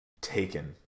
taken